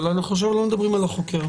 אבל עכשיו אנחנו לא מדברים על החוקר.